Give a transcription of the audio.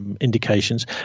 indications